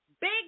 big